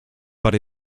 but